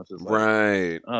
Right